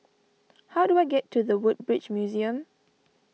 how do I get to the Woodbridge Museum